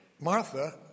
Martha